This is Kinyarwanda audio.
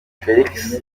felix